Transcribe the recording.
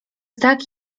tak